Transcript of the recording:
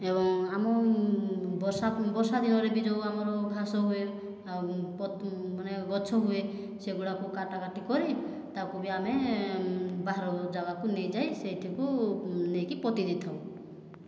ଏବଂ ଆମ ବର୍ଷା ବର୍ଷା ଦିନରେ ବି ଯେଉଁ ଆମର ଘାସ ହୁଏ ଆଉ ମାନେ ଗଛ ହୁଏ ସେଗୁଡ଼ିକୁ କଟାକଟି କରି ତାକୁ ବି ଆମେ ବାହାର ଜାଗାକୁ ନେଇଯାଇ ସେଠିକୁ ନେଇକି ପୋତି ଦେଇଥାଉ